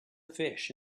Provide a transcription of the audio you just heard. fish